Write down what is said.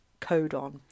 codon